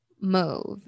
move